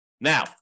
Now